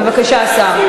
בבקשה, השר.